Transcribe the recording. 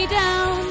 down